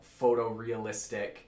photorealistic